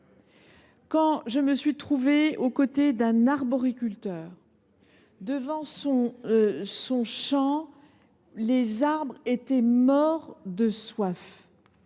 pas ! Je me suis trouvée aux côtés d’un arboriculteur, face à son champ : ses arbres étaient morts de soif.